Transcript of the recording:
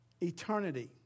Eternity